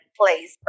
place